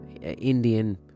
Indian